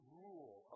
rule